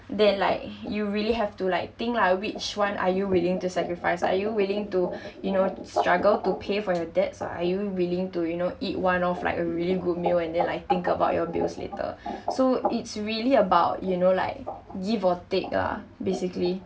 then like you really have to like think lah which one are you willing to sacrifice are you willing to you know struggle to pay for your debts or are you willing to you know eat one of like a really good meal and then like think about your bills later so it's really about you know like give or take lah basically